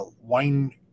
wine